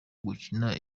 gukina